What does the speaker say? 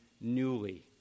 newly